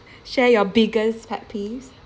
share your biggest pet peeves